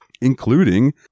including